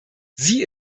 sie